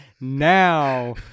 now